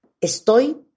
¿estoy